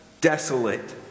desolate